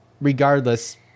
regardless